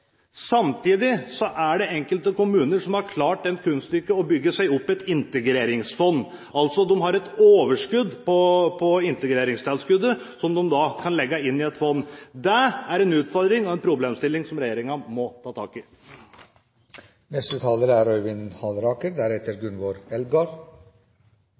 Samtidig er det enkelte kommuner som har klart det kunststykket å bygge seg opp et integreringsfond. De har altså et overskudd av integreringstilskuddet som de kan legge inn i et fond. Det er en utfordring og en problemstilling som regjeringen må ta tak i. I dag har vi gjentatte ganger fått malt opp to bakgrunnsbilder i de rød-grønnes innlegg. Det første er